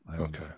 Okay